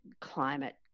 climate